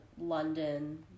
London